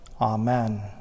Amen